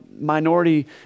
minority